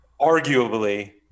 arguably